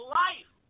life